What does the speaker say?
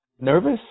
nervous